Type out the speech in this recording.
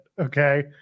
okay